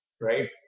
right